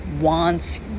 wants